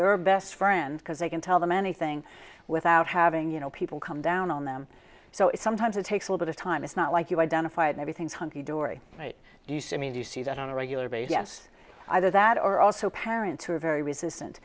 are best friends because they can tell them anything without having you know people come down on them so it's sometimes it takes a bit of time it's not like you identify and everything's hunky dory right used to mean you see that on a regular basis yes either that or also parents who are very resistant